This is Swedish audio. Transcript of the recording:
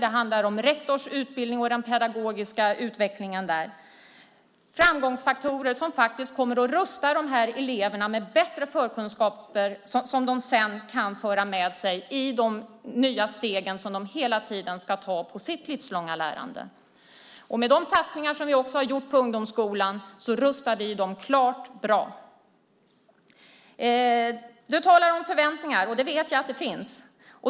Det handlar om rektors utbildning och den pedagogiska utvecklingen. Det är framgångsfaktorer som faktiskt kommer att rusta de här eleverna med bättre förkunskaper som de sedan kan föra med sig i de nya steg som de hela tiden ska ta i sitt livslånga lärande. Med de satsningar som vi också har gjort på ungdomsskolan rustar vi dem klart bra. Du talar om förväntningar. Jag vet att de finns.